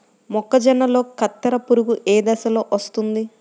మొక్కజొన్నలో కత్తెర పురుగు ఏ దశలో వస్తుంది?